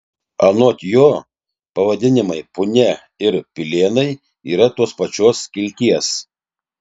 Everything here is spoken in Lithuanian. anot jo pavadinimai punia ir pilėnai yra tos pačios kilties